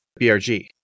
BRG